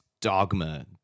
dogma